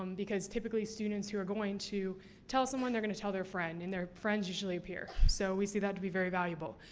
um because typically, students who are going to tell someone they are going to tell their friend. and, they're friend's usually a peer. so, we see that to be very valuable.